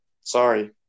Sorry